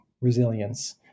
resilience